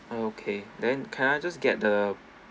okay then can I just get the